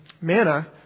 manna